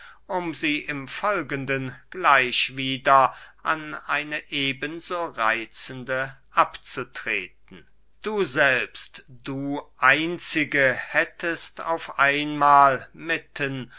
um sie im folgenden gleich wieder an eine eben so reitzende abzutreten du selbst du einzige hättest auf einmahl mitten